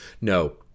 no